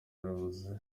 yaravuze